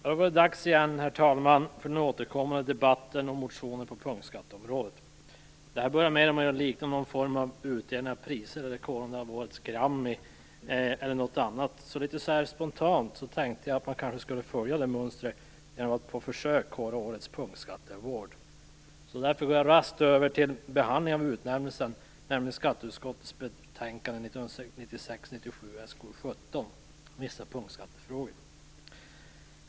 Herr talman! Då var det dags igen för den återkommande debatten om motioner på punktskatteområdet. Detta börjar mer och mer likna någon form av utdelning av priser eller korande av årets grammisvinnare. Litet spontant tänkte jag att man kanske skulle följa det mönstret genom att på försök utse vinnaren av årets punktskatte-award. Därför går jag raskt över till skatteutskottets betänkande 1996/97:SkU17, Vissa punktskattefrågor.